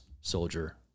soldier